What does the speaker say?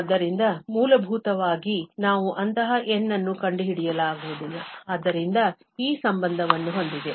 ಆದ್ದರಿಂದ ಮೂಲಭೂತವಾಗಿ ನಾವು ಅಂತಹ N ಅನ್ನು ಕಂಡುಹಿಡಿಯಲಾಗುವುದಿಲ್ಲ ಆದ್ದರಿಂದ ಈ ಸಂಬಂಧವನ್ನು ಹೊಂದಿದೆ